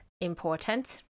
important